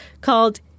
called